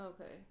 Okay